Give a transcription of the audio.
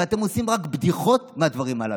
ואתם עושים רק בדיחות מהדברים הללו.